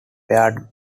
paired